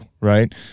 right